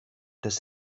des